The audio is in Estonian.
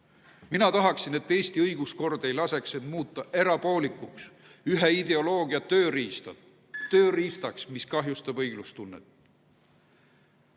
Mina tahaksin, et Eesti õiguskord ei laseks end muuta erapoolikuks, ühe ideoloogia tööriistaks, mis kahjustab õiglustunnet.